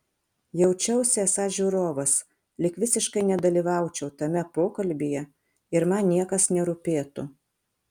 jaučiausi esąs žiūrovas lyg visiškai nedalyvaučiau tame pokalbyje ir man niekas nerūpėtų